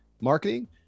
marketing